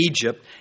Egypt